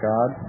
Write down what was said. God